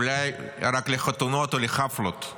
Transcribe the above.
אולי רק לחתונות ולחפלות.